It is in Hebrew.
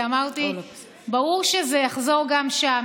כי אמרתי לעצמי שברור שזה יחזור גם שם.